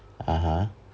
(uh huh)